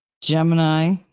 Gemini